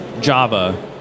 Java